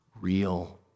real